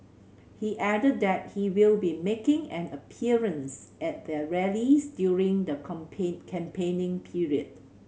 he added that he will be making an appearance at their rallies during the campaigning period